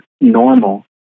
normal